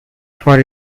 for